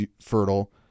fertile